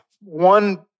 one